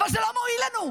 אבל זה לא מועיל לנו,